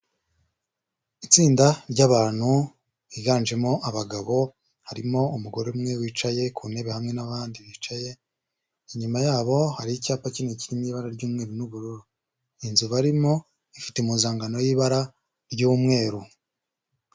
Itsinda ry'abantu biganjemo abagabo, harimo umugore umwe wicaye ku ntebe hamwe n'abandi bicaye, inyuma yabo hari icyapa kinini kiri mu ibara ry'umweru n'ubururu. Inzu barimo ifite impuzangano y'ibara ry'umweru.